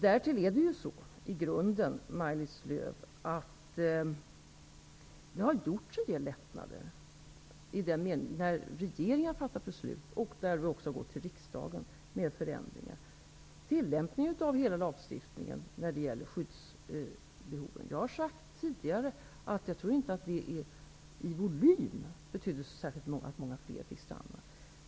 Därtill är det så, Maj-Lis Lööw, att det har gjorts en del lättnader där regeringen har fattat beslut och där vi också har gått till riksdagen med förändringar. Jag har sagt tidigare att jag inte tror att tillämpningen av hela lagstiftningen när det gäller skyddsbehoven innebar att så särskilt många fler, i volym räknat, fick stanna.